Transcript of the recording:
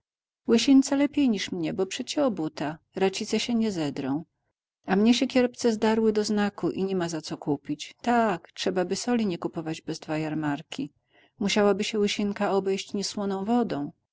wieków łysince lepiej niż mnie bo przecie obuta racice się nie zedrą a mnie się kierpce zdarły doznaku i nima za co kupić tak trzebaby soli nie kupować bez dwa jarmarki musiałaby się łysinka obejść niesłoną wodą